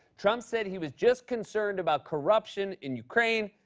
trump said he was just concerned about corruption in ukraine,